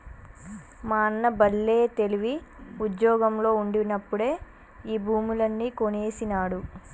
మా అన్న బల్లే తెలివి, ఉజ్జోగంలో ఉండినప్పుడే ఈ భూములన్నీ కొనేసినాడు